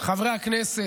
חברי הכנסת,